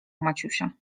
maciusia